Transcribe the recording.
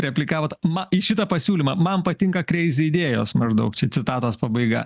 replikavot ma į šitą pasiūlymą man patinka kreizi idėjos maždaug čia citatos pabaiga